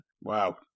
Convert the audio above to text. Wow